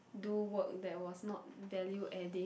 do work that was not value adding